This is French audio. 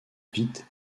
vite